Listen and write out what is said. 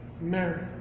Mary